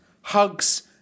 Hugs